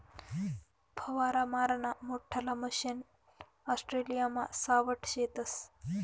फवारा माराना मोठल्ला मशने ऑस्ट्रेलियामा सावठा शेतस